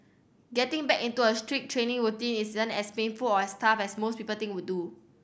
getting back into a strict training routine isn't as painful or as tough as most people would do